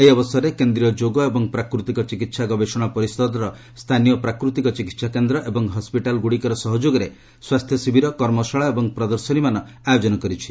ଏହି ଅବସରରେ କେନ୍ଦ୍ରୀୟ ଯୋଗ ଏବଂ ପ୍ରାକୃତିକ ଚିକିତ୍ସା ଗବେଷଣା ପରିଷଦ ସ୍ତାନୀୟ ପ୍ରାକୃତିକ ଚିକିତ୍ସା କେନ୍ଦ୍ର ଏବଂ ହସ୍କିଟାଲ୍ଗୁଡ଼ିକର ସହଯୋଗରେ ସ୍ୱାସ୍ଥ୍ୟ ଶିବିର କର୍ମଶାଳା ଏବଂ ପ୍ରଦର୍ଶନୀମାନ ଆୟୋଜନ କରିଛି